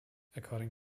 according